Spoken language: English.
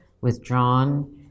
withdrawn